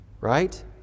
right